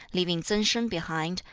leaving tsang sin behind,